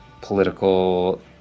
political